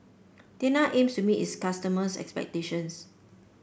tena aims to meet its customers' expectations